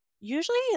usually